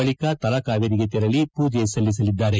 ಬಳಿಕ ತಲಕಾವೇರಿಗೆ ತೆರಳಿ ಪೂಜಿ ಸಲ್ಲಿಸಲಿದ್ದಾರೆ